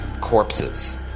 corpses